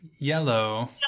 yellow